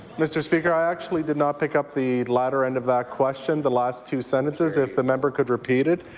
mr. speaker, i actually did not pick up the latter end of that question. the last two sentences. if the member could repeat it.